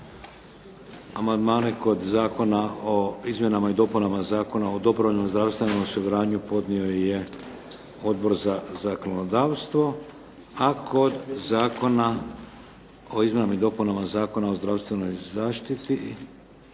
kod zakona o izmjenama i dopunama Zakona o dobrovoljnom zdravstvenom osiguranju podnio je Odbor za zakonodavstvo. A koda Zakona o izmjenama i dopunama Zakona o zdravstvenoj zaštiti